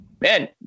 man